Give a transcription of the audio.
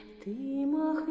demon